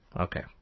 Okay